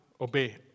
obey